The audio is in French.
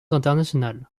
internationales